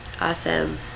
awesome